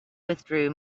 withdrew